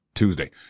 Tuesday